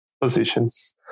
positions